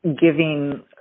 giving